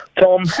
Tom